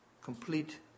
complete